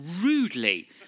rudely